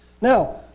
Now